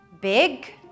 Big